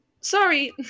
Sorry